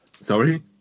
Sorry